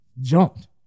jumped